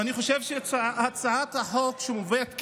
ואני חושב שהצעת החוק שמובאת כאן,